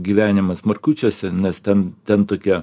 gyvenimas markučiuose nes ten ten tokie